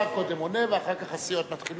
קודם השר עונה, ואחר כך הסיעות מתחילות,